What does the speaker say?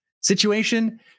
situation